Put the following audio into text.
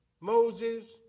Moses